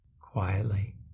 quietly